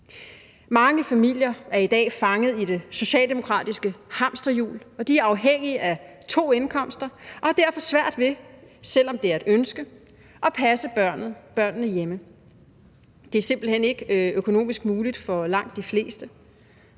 Mange familier er i dag fanget i det socialdemokratiske hamsterhjul, og de er afhængige af to indkomster og har derfor, selv om det er et ønske, svært ved at passe børnene hjemme. Det er simpelt hen ikke økonomisk muligt for langt de fleste